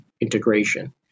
integration